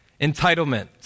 entitlement